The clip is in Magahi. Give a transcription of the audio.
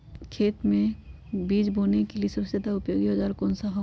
खेत मै बीज बोने के लिए सबसे ज्यादा उपयोगी औजार कौन सा होगा?